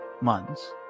months